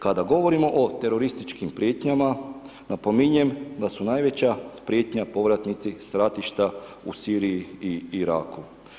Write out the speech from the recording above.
Kada govorimo o terorističkim prijetnjama napominjem da su najveća prijetnja povratnici sa ratišta u Siriji i Iraku.